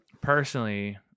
personally